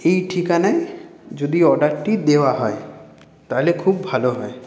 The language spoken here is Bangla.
এই ঠিকানায় যদি অর্ডারটি দেওয়া হয় তাইলে খুব ভালো হয়